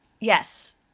Yes